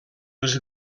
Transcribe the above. els